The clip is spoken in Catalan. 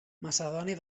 macedònia